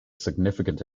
significant